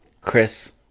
Chris